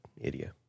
area